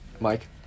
Mike